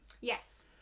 Yes